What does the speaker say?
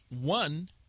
One